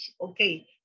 Okay